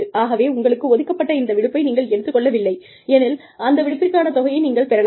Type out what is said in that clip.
ஆகவே உங்களுக்கு ஒதுக்கப்பட்ட இந்த விடுப்பை நீங்கள் எடுத்துக் கொள்ளவில்லை எனில் அந்த விடுப்பிற்கான தொகையை நீங்கள் பெறலாம்